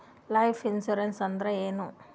Life insurance ಅಂದ್ರ ಏನ?